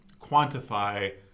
quantify